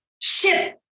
ship